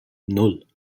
nan